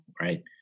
Right